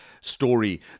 story